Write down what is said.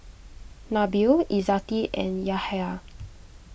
Nabil Izzati and Yahya